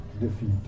defeat